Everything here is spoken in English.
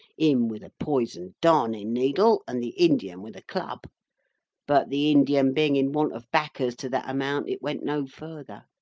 him with a poisoned darnin-needle and the indian with a club but the indian being in want of backers to that amount, it went no further.